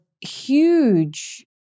huge